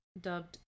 dubbed